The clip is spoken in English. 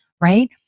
right